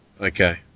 Okay